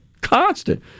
constant